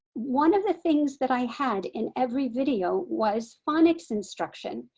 one of the things that i had in every video was phonics instruction.